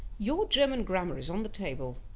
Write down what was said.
your german grammar is on the table.